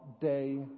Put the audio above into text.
day